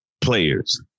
players